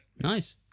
nice